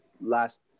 last